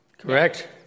Correct